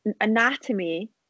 anatomy